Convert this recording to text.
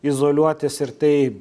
izoliuotis ir tai